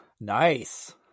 Nice